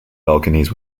balconies